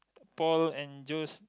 pour and juice